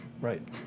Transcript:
right